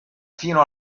fino